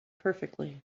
perfectly